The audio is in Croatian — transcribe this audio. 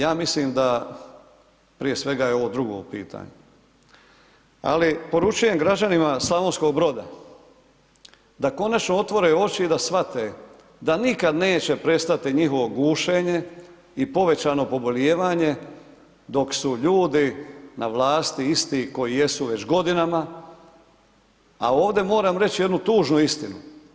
Ja mislim da prije svega je ovo drugo u pitanju ali poručujem građanima Slavonskog Broda da konačno otvore oči da shvate da nikad neće prestati njihovo gušenje i povećanje pobolijevanje dok su ljudi na vlasti isti koji jesu već godinama a ovdje moram reći jednu tužnu istinu.